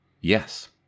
Yes